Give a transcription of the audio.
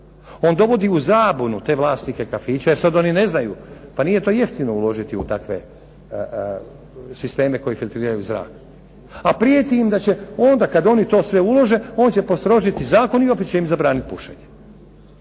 on dovodi u zabunu te vlasnike kafića, jer sad oni ne znaju, pa nije to jeftino uložiti u takve sisteme koji filtriraju zrak. A prijeti im da će onda, kad oni to sve ulože, on će postrožiti zakon i opet će im zabraniti pušenje.